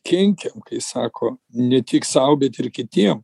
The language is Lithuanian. kenkiam kai sako ne tik sau bet ir kitiem